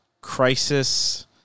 crisis